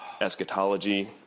eschatology